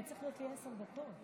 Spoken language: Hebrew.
אני צריכה עשר דקות.